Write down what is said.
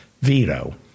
veto